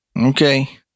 Okay